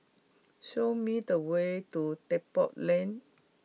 show me the way to Depot Lane